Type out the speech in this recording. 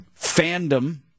Fandom